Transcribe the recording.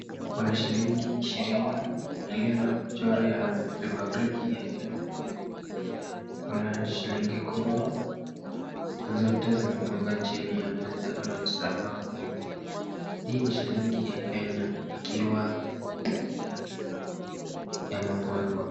Kuna shilingi ishirini yaliyo na mchoro ya republic ya Kenya, kuna shilingi kumi zote zimemwagwa jini ya meza ama sakafu, hii ni shilingi ya Kenya ikiwa yamemwagwa.